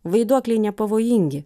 vaiduokliai nepavojingi